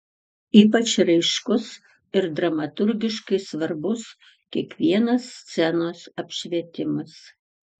ypač raiškus ir dramaturgiškai svarbus kiekvienas scenos apšvietimas